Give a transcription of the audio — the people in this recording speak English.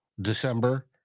December